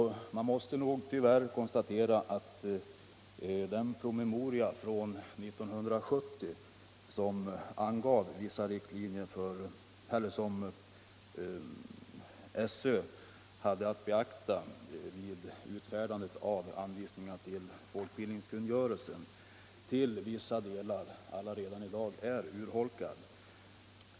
Tyvärr måste man konstatera att den promemoria från 1970 som skolöverstyrelsen hade att beakta vid utfärdandet av anvisningar till folkbildningskungörelsen i dag redan är till vissa delar urholkad.